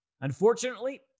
Unfortunately